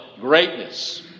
greatness